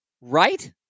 right